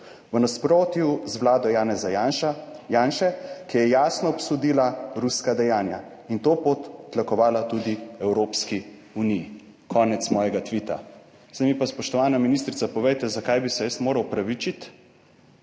V nasprotju z vlado Janeza Janše, ki je jasno obsodila ruska dejanja in to pot tlakovala tudi Evropski uniji." Konec mojega tvita. Zdaj mi pa, spoštovana ministrica, povejte, zakaj bi se jaz moral opravičiti.